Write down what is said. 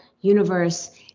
universe